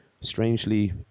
strangely